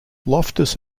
loftus